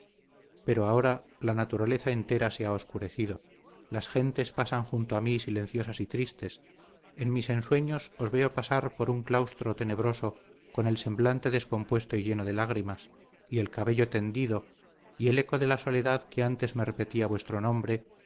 pero ahora la naturaleza entera se ha oscurecido las gentes pasan junto a mí silenciosas y tristes en mis ensueños os veo pasar por un claustro tenebroso con el semblante descompuesto y lleno de lágrimas y el cabello tendido y el eco de la soledad que antes me repetía vuestro nombre